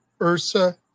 Ursa